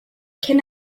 kenne